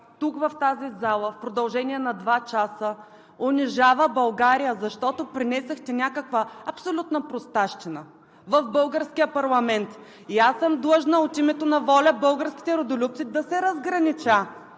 в тази зала в продължение на два часа, унижава България, защото принесохте някаква абсолютна простащина в българския парламент! Аз съм длъжна от името на „ВОЛЯ – Българските Родолюбци“ да се разгранича